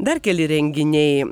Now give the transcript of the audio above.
dar keli renginiai